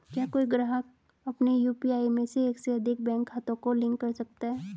क्या कोई ग्राहक अपने यू.पी.आई में एक से अधिक बैंक खातों को लिंक कर सकता है?